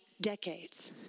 decades